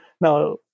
Now